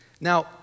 Now